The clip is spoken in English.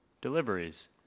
deliveries